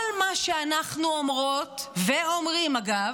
כל מה שאנחנו אומרות, ואומרים, אגב,